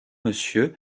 monsieur